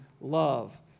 love